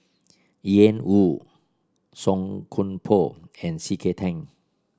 Ian Woo Song Koon Poh and C K Tang